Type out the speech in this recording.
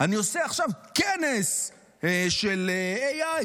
אני עושה עכשיו כנס של AI,